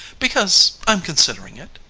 because i'm considering it.